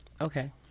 Okay